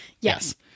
Yes